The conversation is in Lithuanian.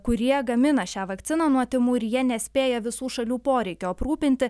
kurie gamina šią vakciną nuo tymų ir jie nespėja visų šalių poreikio aprūpinti